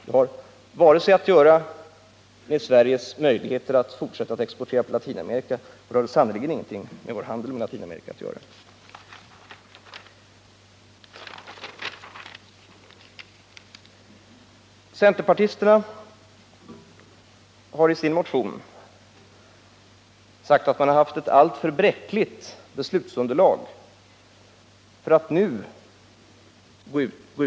Det har ingenting att göra med Sveriges möjligheter att fortsätta att exportera till Latinamerika, och det har sannerligen ingenting att göra med vår handel med Latinamerika. Centerpartisterna har i sin motion sagt att man har haft ett alltför bräckligt beslutsunderlag för att nu gå ur IDB.